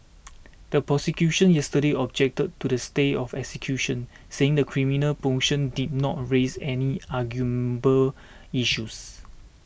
the prosecution yesterday objected to the stay of execution saying the criminal motion did not raise any arguable issues